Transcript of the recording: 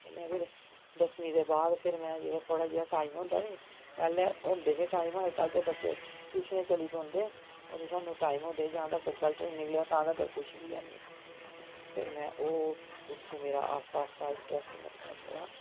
ते में फ्ही दसमीं दे बाद फ्ही में जेह्ड़ा थोह्ड़ा जनेहा टाइम होंदा निं पैहलें होंदे हे टाइम अजकल ते बच्चे ट्यूशन चली पौंदे अदूं साह्नू टाइम होंदे जदूं तक्कर रिजल्ट निं निकलेआ तां तक्कर किश बी हैन्नी ते फ्ही में उत्थूं मेरा आस्तै आस्तै मतलब इंटरैस्ट बनी पेआ हा